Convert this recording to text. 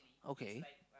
okay